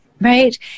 right